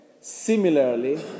Similarly